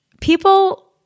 people